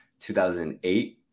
2008